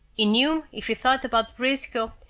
he knew if he thought about briscoe,